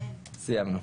סיימנו.